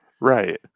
Right